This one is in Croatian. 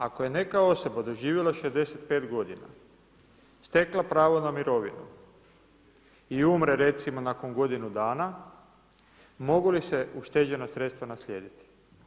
Ako je neka osoba doživjela 65 godina, stekla pravo na mirovinu i umre recimo nakon godinu dana, mogu li se ušteđena sredstva naslijediti?